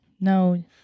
no